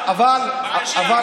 אבל, בבקשה.